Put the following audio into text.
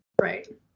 Right